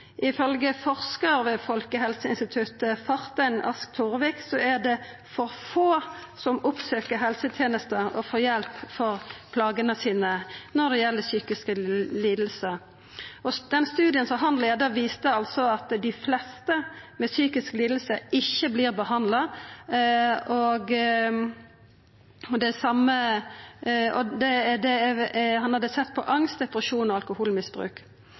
forskar ved Folkehelseinstituttet, Fartein Ask Torvik, er det for få som oppsøkjer helsetenesta og får hjelp for plagene sine når det gjeld psykiske lidingar, og den studien som han leia, viste at dei fleste med psykiske lidingar ikkje vart behandla – og han hadde sett på angst, depresjon og alkoholmisbruk. Særleg alvorleg er